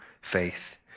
faith